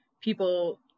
people